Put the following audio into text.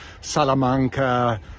Salamanca